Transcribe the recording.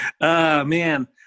man